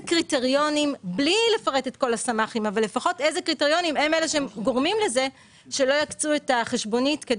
קריטריונים הם אלה שגורמים לזה שלא יקצו את החשבונית.